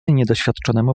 niedoświadczonemu